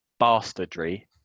bastardry